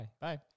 Bye